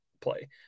play